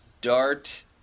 Dart